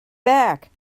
back